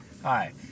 Hi